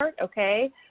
okay